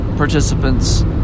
participants